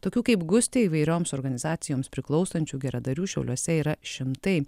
tokių kaip gustė įvairioms organizacijoms priklausančių geradarių šiauliuose yra šimtai